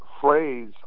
phrase